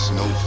no